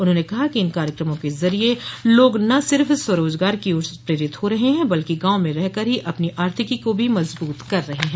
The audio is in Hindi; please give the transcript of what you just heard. उन्होंने कहा कि इन कार्यक्रमों के जरिए लोग न सिर्फ स्वरोजगार की ओर प्रेरित हो रहे हैं बल्कि गांव में रहकर ही अपनी आर्थिकी को भी मजबूत कर रहे हैं